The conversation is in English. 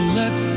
let